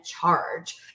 charge